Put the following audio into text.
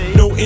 no